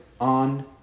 on